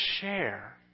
share